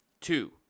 Two